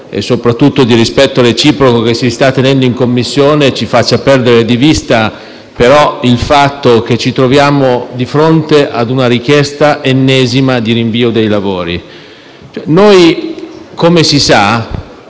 e soprattutto di rispetto reciproco, che si sta tenendo in Commissione ci faccia perdere di vista il fatto che ci troviamo di fronte a una richiesta, l'ennesima, di rinvio dei lavori. Come si sa,